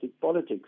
politics